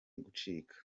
gucika